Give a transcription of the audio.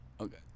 Okay